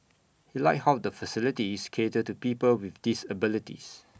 he liked how the facilities cater to people with disabilities